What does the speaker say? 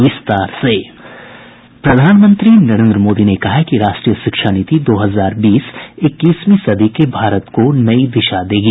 प्रधानमंत्री नरेन्द्र मोदी ने कहा है कि राष्ट्रीय शिक्षा नीति दो हजार बीस इक्कीसवीं सदी के भारत को नई दिशा देगी